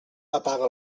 apaga